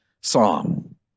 psalm